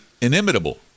inimitable